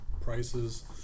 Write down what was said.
prices